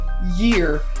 year